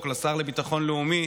לשר לביטחון לאומי